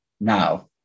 now